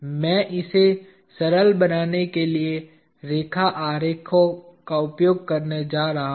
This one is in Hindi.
मैं इसे सरल बनाने के लिए रेखा आरेखों का उपयोग करने जा रहा हूँ